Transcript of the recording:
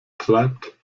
treibt